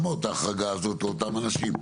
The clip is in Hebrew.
ההחרגה הזאת עושה שַמּוֹת לאותם אנשים.